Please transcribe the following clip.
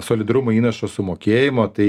solidarumo įnašo sumokėjimo tai